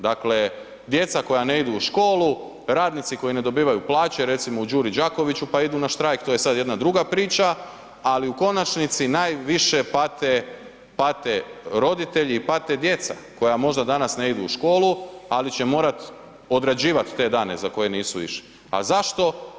Dakle, djeca koja ne idu u školu, radnici koji ne dobivaju plaće, recimo u Đuri Đakoviću pa idu na štrajk, to je sad jedna druga priča, ali u konačnici najviše pate roditelji i pate djeca koja možda danas ne idu u školu, ali će morati odrađivati te dane za koje nisu išli, a zašto?